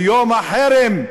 אתה דואג לנו?